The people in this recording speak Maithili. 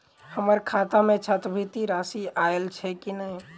हम्मर खाता मे छात्रवृति राशि आइल छैय की नै?